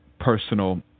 personal